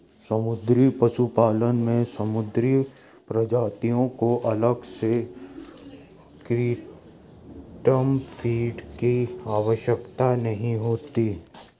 समुद्री पशुपालन में समुद्री प्रजातियों को अलग से कृत्रिम फ़ीड की आवश्यकता नहीं होती